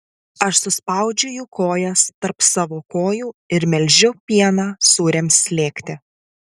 aš suspaudžiu jų kojas tarp savo kojų ir melžiu pieną sūriams slėgti